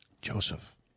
Joseph